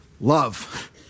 Love